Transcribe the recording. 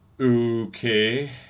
okay